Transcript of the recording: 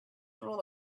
rule